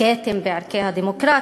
כתם בערכי הדמוקרטיה.